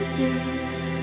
days